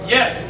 Yes